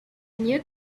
new